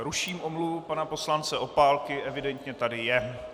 Ruším omluvu pana poslance Opálky, evidentně tady je.